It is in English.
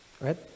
right